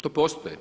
To postoji.